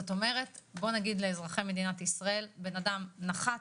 זאת אומרת שנגיד לאזרחי מדינת ישראל שבן אדם נחת,